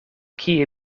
kie